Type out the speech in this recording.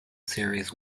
series